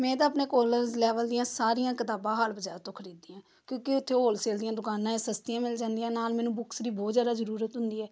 ਮੈਂ ਤਾਂ ਆਪਣੇ ਕੋਲਜ ਲੈਵਲ ਦੀਆਂ ਸਾਰੀਆਂ ਕਿਤਾਬਾਂ ਹਾਲ ਬਜ਼ਾਰ ਤੋਂ ਖਰੀਦੀਆਂ ਕਿਉਂਕਿ ਉੱਥੇ ਹੋਲਸੇਲ ਦੀਆਂ ਦੁਕਾਨਾਂ ਏ ਸਸਤੀਆਂ ਮਿਲ ਜਾਂਦੀਆਂ ਨਾਲ ਮੈਨੂੰ ਬੁੱਕਸ ਦੀ ਬਹੁਤ ਜ਼ਿਆਦਾ ਜ਼ਰੂਰਤ ਹੁੰਦੀ ਹੈ